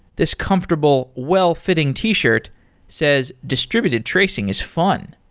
this comfortable, well-fitting t-shirt says, distributed tracing is fun,